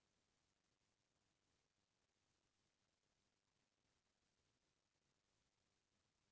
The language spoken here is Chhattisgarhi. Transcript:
सुपर बजार म मनसे मन ल सब्बो जिनिस मन ह एके जघा म मिल जाथे